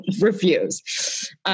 refuse